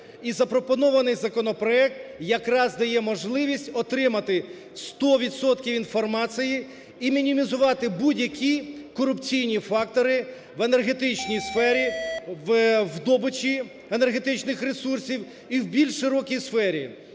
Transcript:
запропонований законопроект якраз дає можливість отримати сто відсотків інформації і мінімізувати будь-які корупційні фактори в енергетичній сфері, в добичі енергетичних ресурсів і в більш широкій сфері.